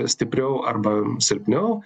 stipriau arba silpniau